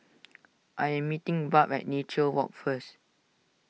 I am meeting Barb at Nature Walk first